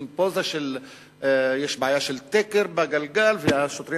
עושים פוזה כאילו יש בעיה של תקר בגלגל והשוטרים